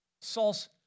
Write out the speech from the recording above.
Saul's